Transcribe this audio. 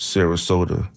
Sarasota